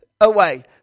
away